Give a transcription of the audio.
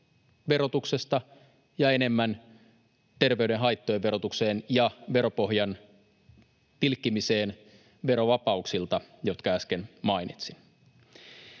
verotuksesta ja enemmän terveyden haittojen verotukseen ja veropohjan tilkkimiseen verovapauksilta, jotka äsken mainitsin?